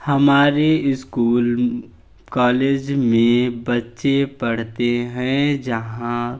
हमारे school college में बच्चे पढ़ते हैं जहाँ